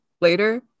later